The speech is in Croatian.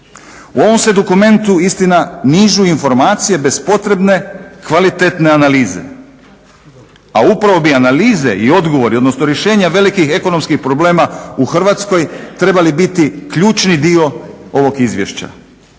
U ovom se dokumentu istina nižu informacije bez potrebne kvalitetne analize, a upravo bi analize i odgovori odnosno rješenja velikih ekonomskih problema u Hrvatskoj trebali biti ključni dio ovog izvješća.